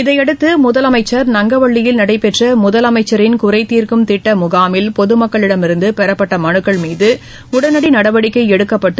இதனையடுத்து முதலமைச்சா் நங்கவள்ளியில் நடைபெற்ற முதலமைச்சின் குறைதீா்க்கும் திட்ட முகாமில் பொதமக்களிடமிருந்து பெறப்பட்ட மனுக்கள் மீது உடனடி நடவடிக்கை எடுக்கப்பட்டு